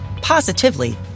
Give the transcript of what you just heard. positively